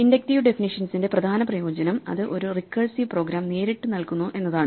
inductive ഡെഫിനിഷ്യൻസിന്റെ പ്രധാന പ്രയോജനം അത് ഒരു റിക്കേഴ്സീവ് പ്രോഗ്രാം നേരിട്ട് നൽകുന്നു എന്നതാണ്